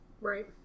Right